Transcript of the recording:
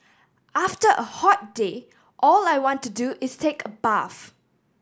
after a hot day all I want to do is take a bath